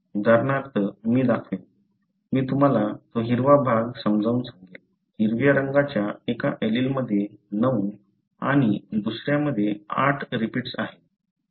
उदाहरणार्थ मी दाखवीन मी तुम्हाला तो हिरवा भाग समजावून सांगेन हिरव्या रंगाच्या एका एलीलमध्ये 9 आणि दुसऱ्यामध्ये 8 रिपीट्स आहेत